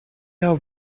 are